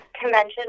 convention